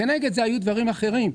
כנגד זה היו דברים אחרים.